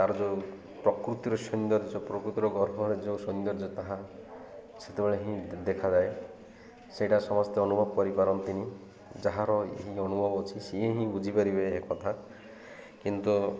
ତା'ର ଯେଉଁ ପ୍ରକୃତିର ସୌନ୍ଦର୍ଯ୍ୟ ପ୍ରକୃତିର ଗର୍ଭରେ ଯେଉଁ ସୌନ୍ଦର୍ଯ୍ୟ ତାହା ସେତେବେଳେ ହିଁ ଦେଖାଯାଏ ସେଇଟା ସମସ୍ତେ ଅନୁଭବ କରିପାରନ୍ତିନି ଯାହାର ଏହି ଅନୁଭବ ଅଛି ସିଏ ହିଁ ବୁଝିପାରିବେ ଏ କଥା କିନ୍ତୁ